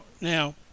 Now